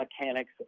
mechanics